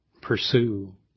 pursue